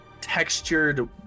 textured